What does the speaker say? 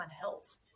health